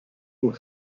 pour